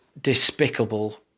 despicable